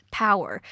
power